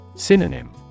Synonym